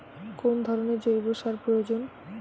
কোন ধরণের জৈব সার প্রয়োজন?